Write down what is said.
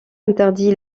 interdit